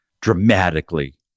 dramatically